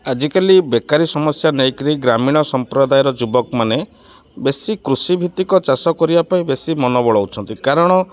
ଆଜିକାଲି ବେକାରୀ ସମସ୍ୟା ନେଇକିରି ଗ୍ରାମୀଣ ସମ୍ପ୍ରଦାୟର ଯୁବକମାନେ ବେଶୀ କୃଷି ଭିତ୍ତିକ ଚାଷ କରିବା ପାଇଁ ବେଶୀ ମନୋ ବଳଉଛନ୍ତି କାରଣ